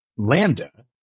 lambda